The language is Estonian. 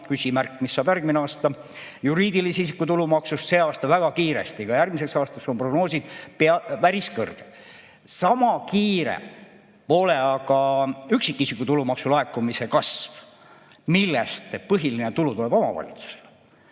küsimärk, mis saab järgmine aasta –, juriidilise isiku tulumaksust, mis see aasta laekus väga kiiresti ja ka järgmiseks aastaks on prognoosid päris kõrged. Sama kiire pole aga üksikisiku tulumaksu laekumise kasv, millest põhiline tulu tuleb omavalitsusele.